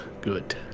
Good